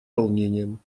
волнением